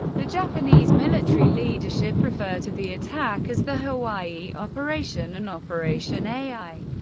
the japanese military leadership referred to the attack as the hawaii operation and operation ai,